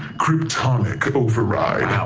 cryptonicoverride